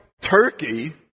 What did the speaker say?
Turkey